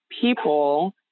people